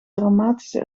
traumatische